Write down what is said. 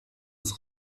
des